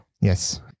yes